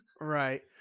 right